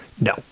No